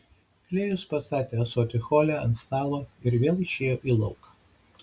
klėjus pastatė ąsotį hole ant stalo ir vėl išėjo į lauką